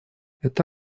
это